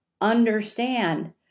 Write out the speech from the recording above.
understand